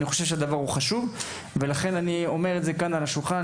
אני חושב שהדבר הוא חשוב ולכן אני אומר את זה כאן על השולחן,